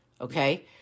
Okay